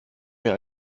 mir